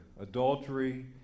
Adultery